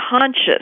conscious